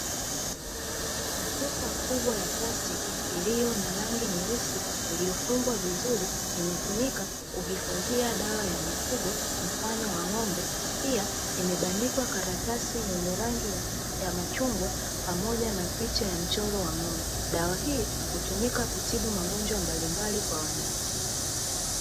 Chupa kubwa ya plastiki iliyo na rangi nyeusi, iliyofungwa vizuri, imetumika kuhifadhia dawa ya mifugo mfano wa ng'ombe, pia imebandikwa karatasi yenye rangi ya machungwa pamoja na picha ya mchoro wa ng'ombe. Dawa hii hutumika kutibu magonjwa mbalimbali kwa wanyama.